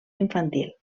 infantil